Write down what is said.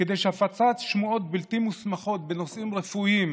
כדי שהפצת שמועות בלתי מוסמכות בנושאים רפואיים